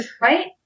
Right